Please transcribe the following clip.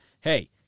hey